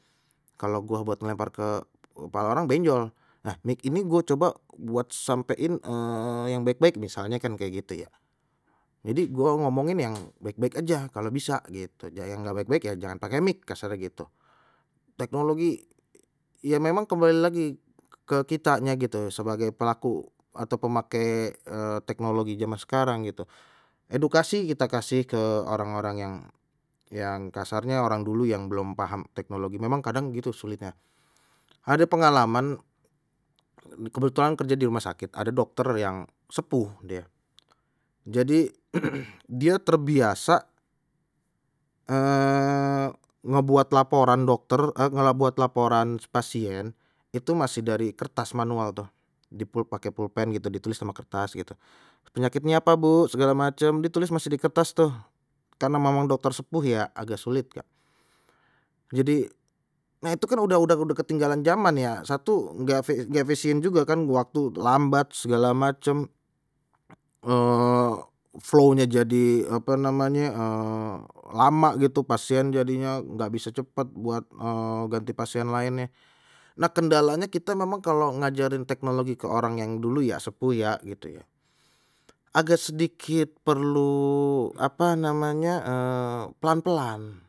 Kalau gua buat ngelempar ke pala orang benjol, nah ni ini gua coba buat sampein yang baik-baik misalnya kan kayak gitu ya, jadi gua ngomongin yang baik-baik aja kalau bisa gitu ya yang nggak baik-baik ya jangan pakai mik kasar gitu, teknologi ya memang kembali lagi ke kitanye gitu sebagai pelaku atau pemakai teknologi zaman sekarang gitu, edukasi kita kasih ke orang-orang yang yang kasarnya orang dulu yang belum paham teknologi, memang kadang gitu sulitnya ada pengalaman kebetulan kerja di rumah sakit, ada dokter yang sepuh dia jadi dia terbiasa ngebuat laporan dokter eh ngebuat laporan pasien itu masih dari kertas manual tuh, pakai pulpen gitu ditulis ama kertas gitu penyakitnya apa bu, segala macam ditulis masih di kertas tuh karena memang dokter sepuh ya agak sulit ya, jadi nah itu kan udah udah udah ketinggalan zaman ya satu enggak efe efesien juga kan waktu lambat segala macam flownya jadi apa namanya lama gitu pasien jadinya enggak bisa cepat buat ganti pasien lainnye, nah kendalanya kita memang kalau ngajarin teknologi ke orang yang dulu ya sepuh ya gitu ya, agak sedikit perlu apa namanya eh pelan-pelan.